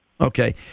Okay